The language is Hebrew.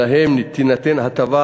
שלהם תינתן הטבה,